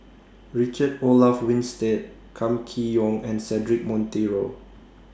Richard Olaf Winstedt Kam Kee Yong and Cedric Monteiro